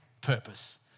purpose